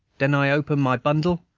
den i open my bundle,